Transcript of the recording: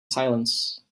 silence